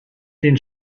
den